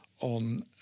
on